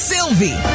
Sylvie